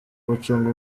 gucunga